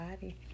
body